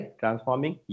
transforming